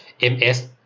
MS